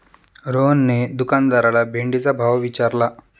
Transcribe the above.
रोहनने दुकानदाराला भेंडीचा भाव विचारला